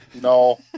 No